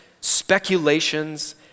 speculations